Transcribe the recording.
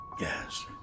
Yes